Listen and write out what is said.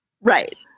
Right